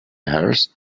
hers